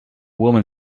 woman